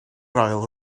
ail